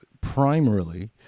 primarily